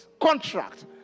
contract